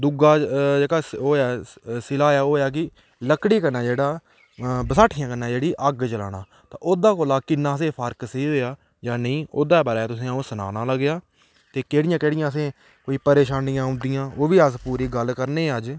दूआ जेह्का होएआ सिलाया होआ कि लकड़ी कन्नै जेह्ड़ा बसाठियें कन्नै जेह्ड़ी अग्ग जलाना ते ओह्दे कोला किन्ना असें फर्क सेही होएआ जां नेईं ओह्दे बारै च तुसेंगी अ'ऊं सनाना लग्गेआ ते केह्ड़ियां केह्ड़ियां असें कोई परेशानियां औंदियां ओह् बी अस पूरी गल्ल करने आं अज्ज